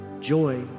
Joy